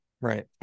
right